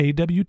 AWT